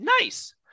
Nice